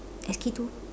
S_K two